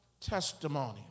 testimony